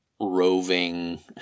roving